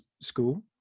school